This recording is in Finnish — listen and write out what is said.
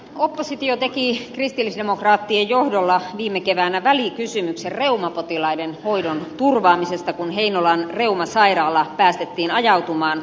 oppositio teki kristillisdemokraattien johdolla viime keväänä välikysymyksen reumapotilaiden hoidon turvaamisesta kun heinolan reumasairaala päästettiin ajautumaan konkurssiin